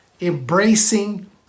embracing